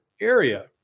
area